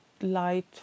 light